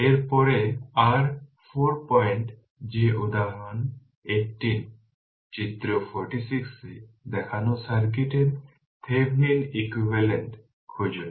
এর পরে r 4 point যে উদাহরণ 18 চিত্র 46 এ দেখানো সার্কিটের থেভনিন ইকুইভ্যালেন্ট খুঁজুন